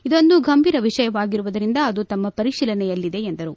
ಇದೊಂದು ಗಂಭೀರ ವಿಷಯವಾಗಿರುವುದರಿಂದ ಅದು ತಮ್ಮ ಪರಿಶೀಲನೆಯಲ್ಲಿದೆ ಎಂದರು